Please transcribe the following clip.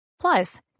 Plus